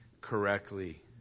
correctly